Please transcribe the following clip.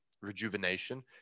rejuvenation